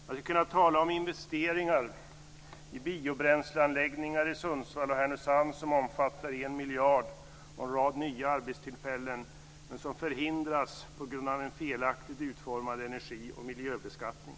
Jag skulle kunna tala om investeringar i biobränsleanläggningar i Sundsvall och Härnösand som omfattar 1 miljard och innebär en rad nya arbetstillfällen, men som förhindras på grund av en felaktigt utformad energi och miljöbeskattning.